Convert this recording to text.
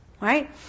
right